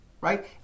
right